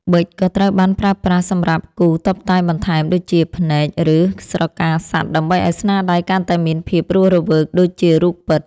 ប៊ិច ក៏ត្រូវបានប្រើប្រាស់សម្រាប់គូរតុបតែងបន្ថែមដូចជា ភ្នែក ឬស្រកាសត្វ ដើម្បីឱ្យស្នាដៃកាន់តែមានភាពរស់រវើកដូចជារូបពិត។